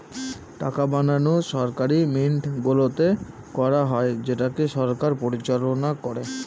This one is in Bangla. টাকা বানানো সরকারি মিন্টগুলোতে করা হয় যেটাকে সরকার পরিচালনা করে